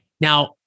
Now